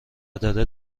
داره